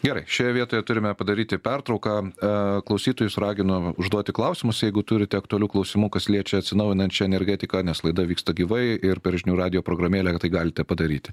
gerai šioje vietoje turime padaryti pertrauką a klausytojus raginu užduoti klausimus jeigu turite aktualių klausimų kas liečia atsinaujinančią energetiką nes laida vyksta gyvai ir per žinių radijo programėlę galite padaryti